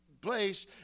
place